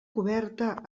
coberta